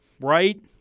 Right